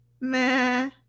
meh